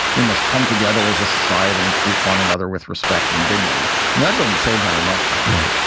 we must come together as ah society and treat one another with respect and dignity. i mean, i didn't say very much frankly,